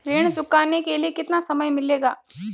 ऋण चुकाने के लिए कितना समय मिलेगा?